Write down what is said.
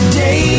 day